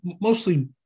mostly